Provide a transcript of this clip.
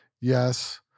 yes